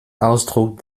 ausdruck